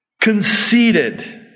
conceited